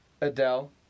Adele